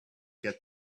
get